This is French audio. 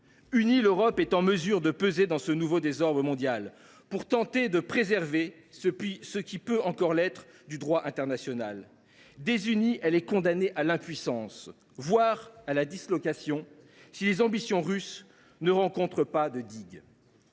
Unie, l’Europe est en mesure de peser dans le nouveau désordre mondial et peut tenter de préserver ce qui peut encore l’être du droit international. Désunie, elle est condamnée à l’impuissance, voire à la dislocation, si aucune digue ne vient s’opposer